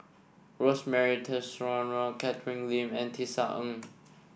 Rosemary Tessensohn Catherine Lim and Tisa Ng